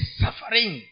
suffering